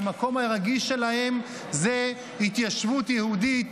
והמקום הרגיש שלהם זה התיישבות יהודית,